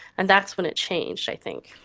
and that's when it changed i think.